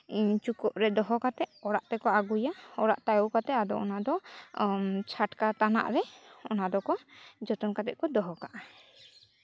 ᱪᱩᱠᱟᱹᱜ ᱨᱮ ᱫᱚᱦᱚ ᱠᱟᱛᱮᱫ ᱚᱲᱟᱜ ᱛᱮᱠᱚ ᱟᱹᱜᱩᱭᱟ ᱚᱲᱟᱜ ᱛᱮ ᱟᱹᱜᱩ ᱠᱟᱛᱮᱫ ᱟᱫᱚ ᱚᱱᱟ ᱫᱚ ᱪᱷᱟᱴᱠᱟ ᱛᱟᱱᱟᱜ ᱨᱮ ᱚᱱᱟ ᱫᱚᱠᱚ ᱡᱚᱛᱚᱱ ᱠᱟᱛᱮᱫ ᱠᱚ ᱫᱚᱦᱚ ᱠᱟᱜᱼᱟ